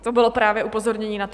To bylo právě upozornění na to.